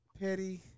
petty